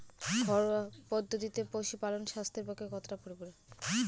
ঘরোয়া পদ্ধতিতে পশুপালন স্বাস্থ্যের পক্ষে কতটা পরিপূরক?